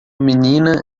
menina